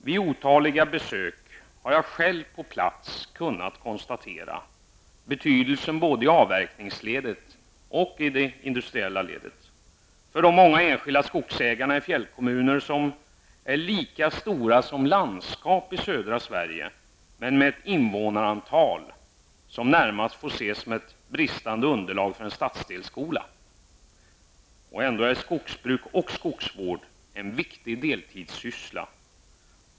Vid otaliga besök har jag själv på plats kunnat konstatera betydelsen både i avverkningsledet och i det industriella ledet. För de många enskilda skogsägarna i fjällkommuner, som är lika stora som landskap i södra Sverige men med ett invånarantal som närmast får ses som ett bristande underlag för en stadsdelsskola, är skogsbruk och skogsvård en viktig deltidssyssla.